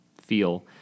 feel